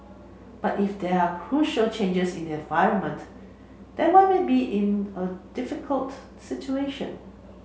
but if there are crucial changes in the environment then we might be in a difficult situation